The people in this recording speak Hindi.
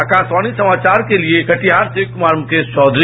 आकाशवाणी समाचार के लिए कटिहार से कुमार मुकेश चौघरी